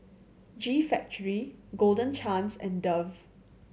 G Factory Golden Chance and Dove